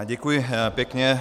Děkuji pěkně.